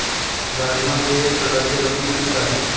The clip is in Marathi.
राजमा हे एक प्रकारचे रब्बी पीक आहे